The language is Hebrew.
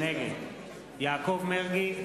נגד יעקב מרגי,